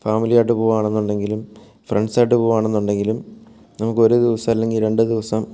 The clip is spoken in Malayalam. ഫാമിലിയായിട്ട് പോകുകയാണെന്നുണ്ടെങ്കിലും ഫ്രണ്ട്സ് ആയിട്ട് പോകുകയാണെന്നുണ്ടെങ്കിലും നമുക്ക് ഒരു ദിവസം അല്ലെങ്കിൽ രണ്ട് ദിവസം